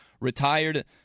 retired